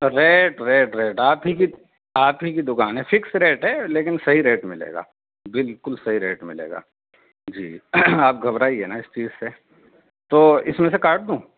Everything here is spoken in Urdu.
ریٹ ریٹ ریٹ آپ ہی کی آپ ہی کی دوکان ہے فیکس ریٹ ہے لیکن صحیح ریٹ ملے گا بالکل صحیح ریٹ ملے گا جی آپ گھبرائیے نا اس چیز سے تو اس میں سے کاٹ دوں